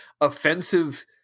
offensive